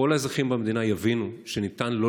כל האזרחים במדינה יבינו שניתן לא